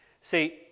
See